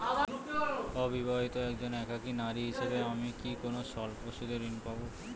অবিবাহিতা একজন একাকী নারী হিসেবে আমি কি কোনো স্বল্প সুদের ঋণ পাব?